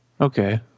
okay